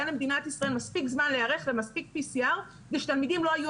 היה למדינת ישראל מספיק זמן להיערך ומספיק PCR כדי שהתלמידים לא יהיו